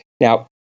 Now